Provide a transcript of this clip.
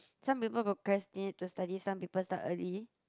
some people procrastinate to study some people start early